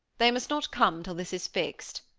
they must not come till this is fixed,